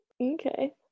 Okay